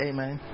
Amen